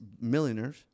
millionaires